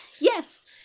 Yes